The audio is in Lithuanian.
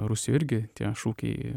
rusijoj irgi tie šūkiai